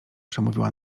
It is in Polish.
przemówiła